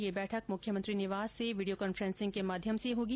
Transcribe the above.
यह बैठक मुख्यमंत्री निवास से वीडियो कॉन्फ्रेंसिंग के माध्यम से होगी